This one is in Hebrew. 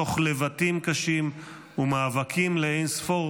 תוך לבטים קשים ומאבקים לאין ספור,